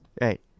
right